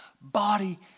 body